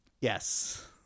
yes